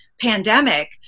pandemic